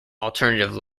alternative